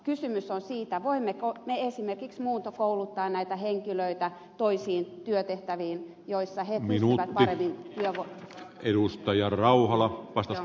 kysymys on siitä voimmeko me esimerkiksi muuntokouluttaa näitä henkilöitä toisiin työtehtäviin joissa he minulle vahvempi ja riuusta ja pystyvät paremmin